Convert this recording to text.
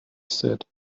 said